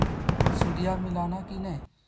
सुदिया मिलाना की नय?